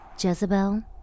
Jezebel